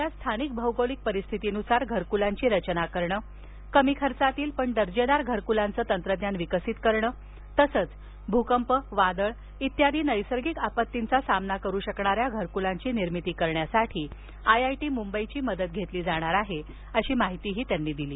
राज्यात स्थानिक औगोलिक परिस्थितीनसार घरकलांची रचना करणे कमी खर्चातील पण दर्जेदार घरकलाचे तंत्रज्ञान विकसीत करणे तसेच भूकंप वादळ आदी नैसर्गिक आपतींचा सामना करु शकणाऱ्या घरक्लांची निर्मिती करण्यासाठी आयआयटी मुंबईची मदत घेतली जाणार आहे अशी माहिती त्यांनी दिली